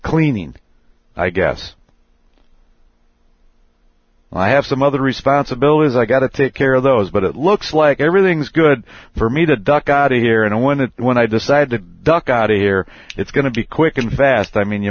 cleaning i guess i have some other responsibilities i gotta take care of those but it looks like everything's good for me to duck out of here and when it when i decide to duck out of here it's going to be quick and fast i mean you